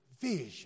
vision